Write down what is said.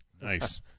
Nice